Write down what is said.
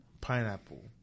Pineapple